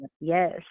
Yes